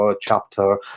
chapter